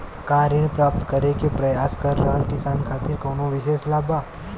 का ऋण प्राप्त करे के प्रयास कर रहल किसान खातिर कउनो विशेष लाभ बा?